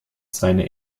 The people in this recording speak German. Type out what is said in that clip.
seine